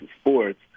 sports